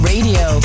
Radio